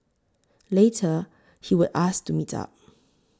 later he would ask to meet up